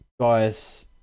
guys